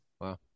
wow